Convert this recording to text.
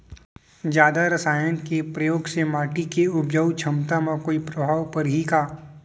जादा रसायन के प्रयोग से माटी के उपजाऊ क्षमता म कोई प्रभाव पड़ही का?